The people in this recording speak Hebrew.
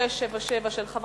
חבר